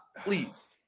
please